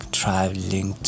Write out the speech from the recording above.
traveling